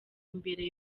imbere